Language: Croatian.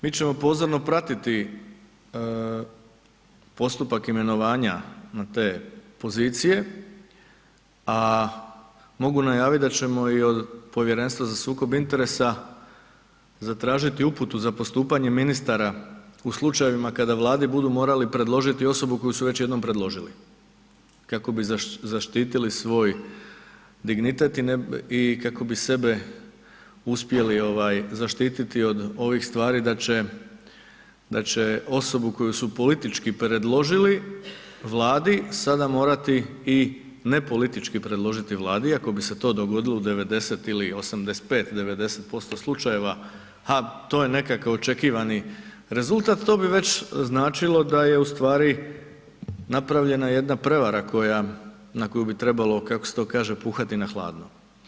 Mi ćemo pozorno pratiti postupak imenovanja na te pozicije a mogu najaviti da ćemo i od Povjerenstva za sukob interesa zatražiti uputu za postupanje ministara u slučajevima kada Vladi budu morali predložiti osobu koju su već jednom predložili kako bi zaštiti svoj dignitet i kako bi sebe uspjeli zaštiti od ovih stvari da će osobu koju su politički predložili Vladi sada morati i nepolitički predložiti Vladi i ako bi se to dogodilo u 90 ili 85, 90% slučajeva, a to je nekako očekivani rezultat, to bi već značilo da je ustvari napravljena jedna prevara koja, na koju bi trebalo kako se to kaže puhati na hladno.